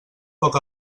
poc